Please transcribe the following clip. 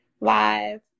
live